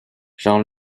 jean